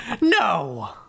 No